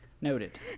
noted